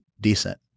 decent